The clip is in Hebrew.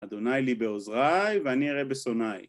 אדוני לי בעוזריי ואני אראה בשונאי